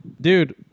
Dude